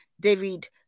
David